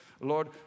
Lord